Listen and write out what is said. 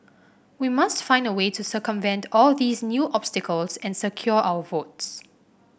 we must find a way to circumvent all these new obstacles and secure our votes